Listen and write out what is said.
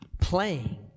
playing